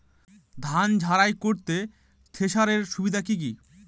ধান ঝারাই করতে থেসারের সুবিধা কি কি?